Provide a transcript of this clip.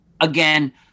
Again